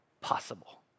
possible